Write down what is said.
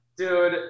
Dude